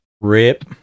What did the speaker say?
Rip